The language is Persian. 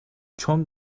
چون